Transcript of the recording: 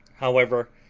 however,